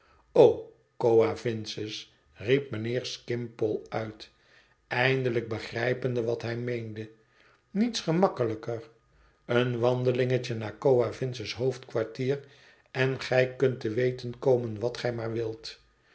coavinses riep mijnheer skimpole uit eindelijk begrijpende wat hij meende niets gemakkelijker een wandelingetje naar coavinses hoofdkwartier en gij kunt te weten komen wat gij maar wilt